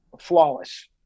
flawless